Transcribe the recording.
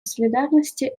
солидарности